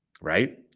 Right